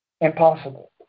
Impossible